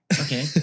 Okay